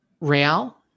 Real